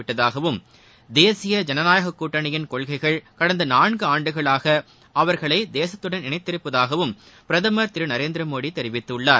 விட்டதாகவும் தேசிய ஜனநாயகக் கூட்டணியின் கொள்கைகள் கடந்த நான்கு ஆண்டுகளாக அவர்களை தேசத்துடன் இணைத்திருப்பதாகவும் பிரதமர் திரு நரேந்திர மோடி தெரிவித்துள்ளார்